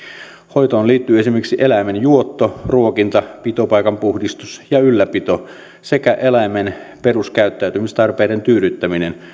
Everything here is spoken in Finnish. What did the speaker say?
hoitoon liittyy esimerkiksi eläimen juotto ruokinta pitopaikan puhdistus ja ylläpito sekä eläimen peruskäyttäytymistarpeiden tyydyttäminen